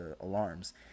alarms